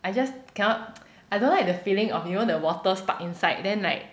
I just cannot I don't like the feeling of you know the water stuck inside then like